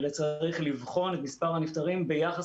אלא צריך לבחון את מספר הנפטרים ביחס